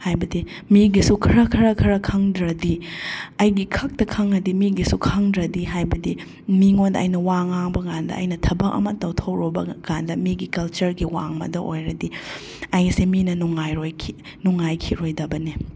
ꯍꯥꯏꯕꯗꯤ ꯃꯤꯒꯤꯁꯨ ꯈꯔ ꯈꯔ ꯈꯔ ꯈꯪꯗ꯭ꯔꯗꯤ ꯑꯩꯒꯤ ꯈꯛꯇ ꯈꯪꯒꯗꯤ ꯃꯤꯒꯤꯁꯨ ꯈꯪꯗ꯭ꯔꯗꯤ ꯍꯥꯏꯕꯗꯤ ꯃꯤꯡꯑꯣꯟꯗ ꯑꯩꯅ ꯋꯥ ꯉꯥꯡꯕ ꯀꯥꯟꯗ ꯊꯕꯛ ꯑꯃ ꯇꯧꯊꯣꯛꯂꯨꯕ ꯀꯥꯟꯗ ꯃꯤꯒꯤ ꯀꯜꯆꯔꯒꯤ ꯋꯥꯡꯃꯗ ꯑꯣꯏꯔꯗꯤ ꯑꯩꯁꯦ ꯃꯤꯅꯥ ꯈꯤꯔꯣꯏꯗꯕꯅꯦ